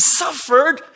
suffered